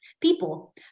People